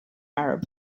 arab